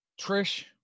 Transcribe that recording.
Trish